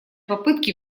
попытки